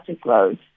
growth